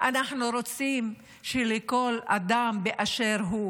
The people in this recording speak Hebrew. אנחנו רוצים שלכל אדם באשר הוא